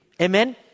Amen